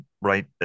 right